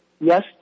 yes